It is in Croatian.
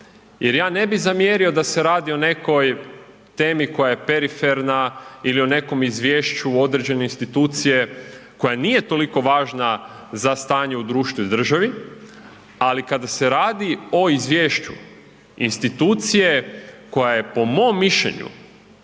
jer ja ne bi zamjerio da se radi o nekoj temi koja je periferna ili o nekom izvješću određene institucije koja nije toliko važna za stanje u društvu i državi, ali kada se radi o izvješću institucije koja je po mom mišljenju